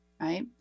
right